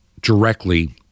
directly